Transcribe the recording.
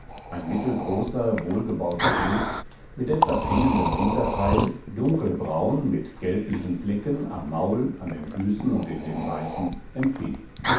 ein mittelgroßer wohlgebauter hengst mit etwas hängendem hinterteil dunkelbraun mit gelblichen flecken am maul an den füßen und in den weichen empfing